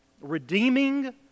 redeeming